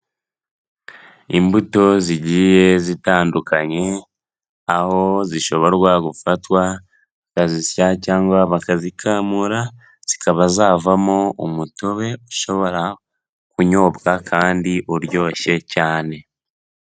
Imbuto zigiye zitandukanye, aho zishoborwa gufatwa bakazisya cyangwa bakazikamura, zikaba zavamo umutobe ushobora kunyobwa kandi uryoshye cyane.